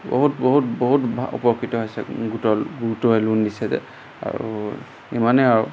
বহুত বহুত বহুত উপকৃত হৈছে গোটৰ গোটৰ লোন দিছে যে আৰু ইমানেই আৰু